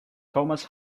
thomas